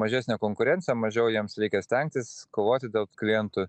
mažesnė konkurencija mažiau jiems reikia stengtis kovoti dėl klientų